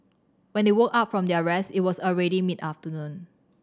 when they woke up from their rest it was already mid afternoon